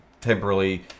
temporarily